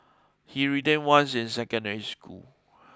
he retained once in secondary school